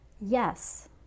Yes